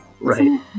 right